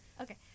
Okay